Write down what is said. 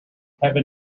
heaven